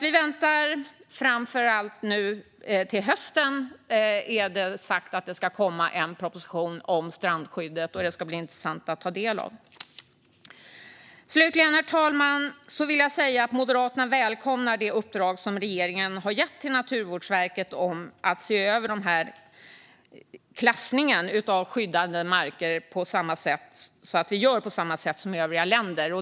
Vi väntar nu framför allt på en proposition om strandskyddet som det är sagt ska komma till hösten. Det ska bli intressant att ta del av den. Herr talman! Jag vill slutligen säga att Moderaterna välkomnar det uppdrag som regeringen har gett till Naturvårdsverket om att se över klassningen av skyddade marker så att vi gör på samma sätt som i övriga länder.